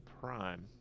Prime